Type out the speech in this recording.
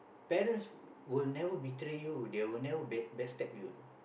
parents will never betray you they will never back back stab you